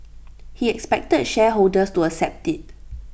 he expected shareholders to accept IT